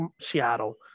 Seattle